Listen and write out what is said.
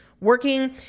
working